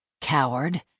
coward